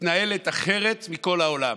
מתנהלת אחרת מכל העולם.